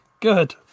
good